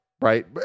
right